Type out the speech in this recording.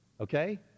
Okay